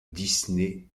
disney